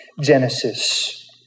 Genesis